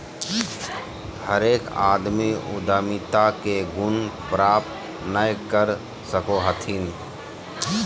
हरेक आदमी उद्यमिता के गुण प्राप्त नय कर सको हथिन